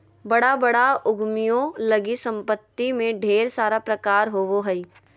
बड़ा बड़ा उद्यमियों लगी सम्पत्ति में ढेर सारा प्रकार होबो हइ